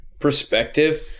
perspective